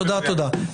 תודה, תודה.